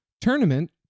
tournament